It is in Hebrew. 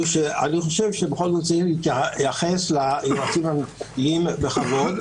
אני חושב שבכל זאת צריכים להתייחס ליועצים המשפטיים בכבוד,